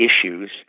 issues